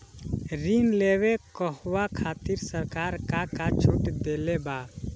ऋण लेवे कहवा खातिर सरकार का का छूट देले बा?